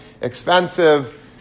expensive